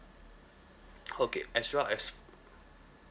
okay as well as